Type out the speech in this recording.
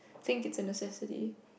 think is a necessity